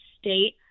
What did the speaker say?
state